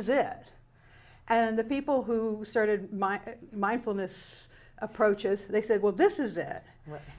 is it and the people who started mindfulness approaches they said well this is it